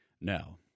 Now